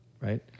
right